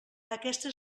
aquesta